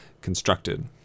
constructed